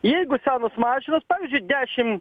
jeigu senos mašinos pavyzdžiui dešim